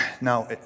Now